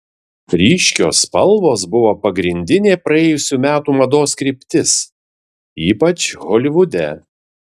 ryškios spalvos buvo pagrindinė praėjusių metų mados kryptis ypač holivude